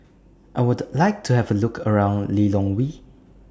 I Would like to Have A Look around Lilongwe